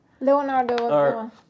Leonardo